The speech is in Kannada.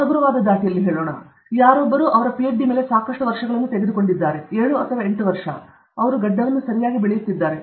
ಹಗುರವಾದ ಧಾಟಿಯಲ್ಲಿ ಸರಿ ಯಾರೊಬ್ಬರು ಅವರ ಪಿಎಚ್ಡಿ ಮೇಲೆ ಸಾಕಷ್ಟು ವರ್ಷಗಳನ್ನು ತೆಗೆದುಕೊಂಡಿದ್ದಾರೆ 7 ಅಥವಾ 8 ವರ್ಷ ಅವರು ಗಡ್ಡವನ್ನು ಸರಿಯಾಗಿ ಬೆಳೆಯುತ್ತಿದ್ದಾರೆ